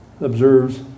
observes